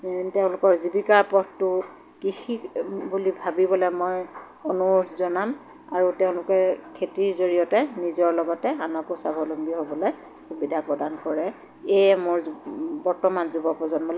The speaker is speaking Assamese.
তেওঁলোকৰ জীৱিকাৰ পথটো কৃষি বুলি ভাৱিবলৈ মই অনুৰোধ জনাম আৰু তেওঁলোকে খেতিৰ জৰিয়তে নিজৰ লগতে আনকো স্বাৱলম্বী হ'বলৈ সুবিধা প্ৰদান কৰে এয়ে মোৰ বৰ্তমান যুৱ প্ৰজন্মলৈ